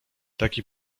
taki